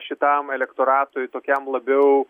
šitam elektoratui tokiam labiau